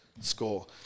score